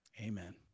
amen